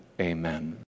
Amen